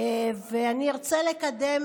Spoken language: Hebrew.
אני ארצה לקדם,